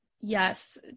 yes